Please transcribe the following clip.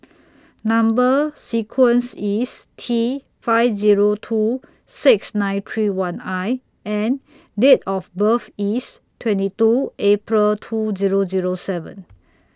Number sequence IS T five Zero two six nine three one I and Date of birth IS twenty two April two Zero Zero seven